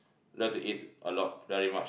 love to eat a lot very much